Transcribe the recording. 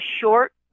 short